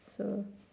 so